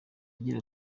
agira